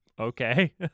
Okay